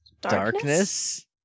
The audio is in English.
Darkness